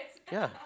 yeah